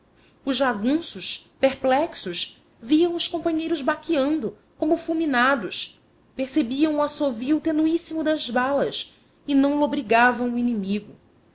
os jagunços perplexos viam os companheiros baqueando como fulminados percebiam o assovio tenuíssimo das balas e não lobrigavam o inimigo